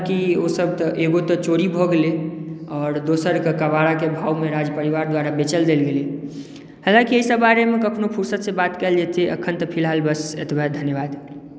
हलाँकी ओ सभ एगो तऽ चोरी भऽ गेलै आओर दोसरक कबाड़ाक भाभमे राजपरिवार द्वारा बेचल गेलै हलाँकी एहि सभ बारेमे कखनहुँ फुरसतसँ बात कयल जेतै अखन तऽ फिलहाल बस एतबा धन्यवाद